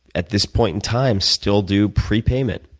at this point in time, still do prepayment.